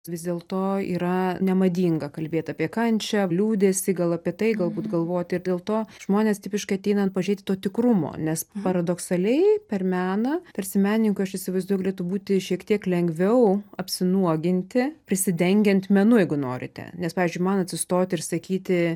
vis dėlto yra nemadinga kalbėt apie kančią liūdesį gal apie tai galbūt galvoti ir dėl to žmonės tipiškai ateina pažiūrėti to tikrumo nes paradoksaliai per meną tarsi menininkui aš įsivaizduoju galėtų būti šiek tiek lengviau apsinuoginti prisidengiant menu jeigu norite nes pavyzdžiui man atsistoti ir sakyti